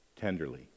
tenderly